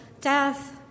death